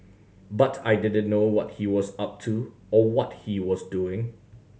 but I didn't know what he was up to or what he was doing